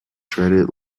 shredded